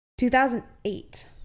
2008